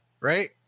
right